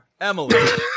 Emily